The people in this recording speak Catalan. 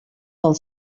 pel